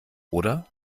oder